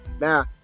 Now